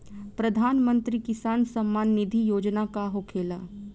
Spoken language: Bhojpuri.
प्रधानमंत्री किसान सम्मान निधि योजना का होखेला?